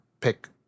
pick